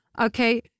okay